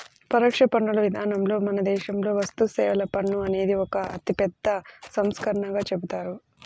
పరోక్ష పన్నుల విధానంలో మన దేశంలో వస్తుసేవల పన్ను అనేది ఒక అతిపెద్ద సంస్కరణగా చెబుతారు